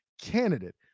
candidate